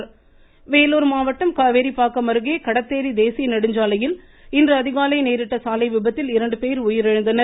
ருருரு விபத்து வேலூர் மாவட்டம் காவேரிப்பாக்கம் அருகே கடத்தேரி தேசிய நெடுஞ்சாலையில் இன்று அதிகாலை நேரிட்ட சாலை விபத்தில் இரண்டு பேர் உயிரிழந்தனர்